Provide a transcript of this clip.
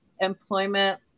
employment